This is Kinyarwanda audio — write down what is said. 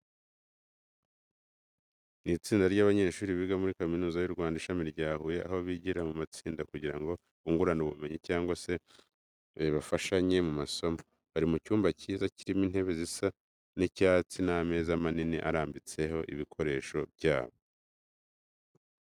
Ni itsinda ry'abanyeshuri biga muri kaminuza y'u Rwanda ishami rya Huye, aho bigira mu matsinda kugira ngo bungurane ubumenyi cyangwa se bafashanye mu masomo. Bari mu cyumba cyiza, kirimo intebe zisa icyasti n'ameza manini arambitseho ibikoresho byabo.